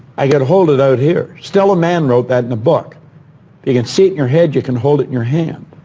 i could hold it out here. stella mann wrote that in a book you can see it in your head, you can hold it in your hand.